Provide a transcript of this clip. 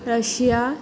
Russia